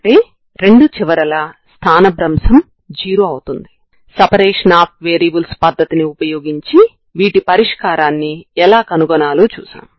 సరిహద్దు విలువలు కలిగిన తరంగ సమీకరణానికి చెందిన సమస్యలకు మనం ప్రత్యేకమైన పరిష్కారాన్ని చూశాము